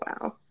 Wow